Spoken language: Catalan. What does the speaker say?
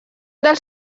dels